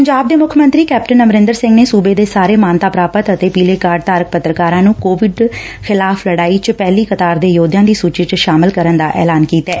ਪੰਜਾਬ ਦੇ ਮੁੱਖ ਮੰਤਰੀ ਕੈਪਟਨ ਅਮਰਿੰਦਰ ਸਿੰਘ ਨੇ ਸੁਬੇ ਦੇ ਸਾਰੇ ਮਾਨਤਾ ਪੁਾਪਤ ਅਤੇ ਪੀਲੇ ਕਾਰਡ ਧਾਰਕ ਪੱਤਰਕਾਰਾ ਨੰ ਕੋਵਿਡ ਖਿਲਾਫ਼ ਲੜਾਈ ਵਿਚ ਪਹਿਲੀ ਕਤਾਰ ਦੇ ਯੋਧਿਆਂ ਦੀ ਸੁਚੀ ਚ ਸ਼ਾਮਲ ਕਰਨ ਦਾ ਐਲਾਨ ਕੀਤੈ